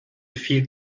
viel